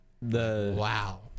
Wow